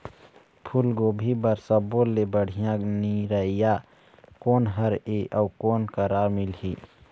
फूलगोभी बर सब्बो ले बढ़िया निरैया कोन हर ये अउ कोन करा मिलही?